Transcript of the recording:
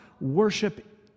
worship